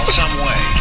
someway